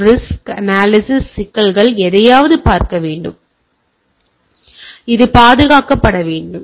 risk analysis சிக்கல்கள் எதையாவது பாதுகாக்க வேண்டும்